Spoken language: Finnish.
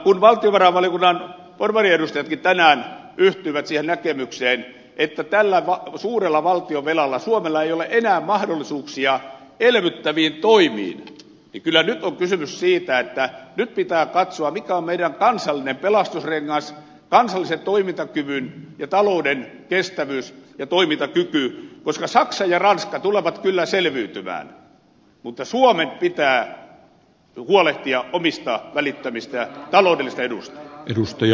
kun valtiovarainvaliokunnan porvariedustajatkin tänään yhtyivät siihen näkemykseen että tällä suurella valtionvelalla suomella ei ole enää mahdollisuuksia elvyttäviin toimiin niin kyllä nyt on kysymys siitä että pitää katsoa mikä on meidän kansallinen pelastusrengas kansallisen toimintakyvyn ja talouden kestävyys ja toimintakyky koska saksa ja ranska tulevat kyllä selviytymään mutta suomen pitää huolehtia omista välittömistä taloudellisista eduistaan